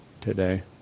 today